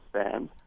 stand